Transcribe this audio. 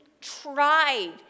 tried